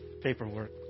paperwork